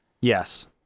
Yes